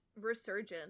resurgence